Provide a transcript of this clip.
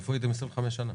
איפה הייתם 25 שנה?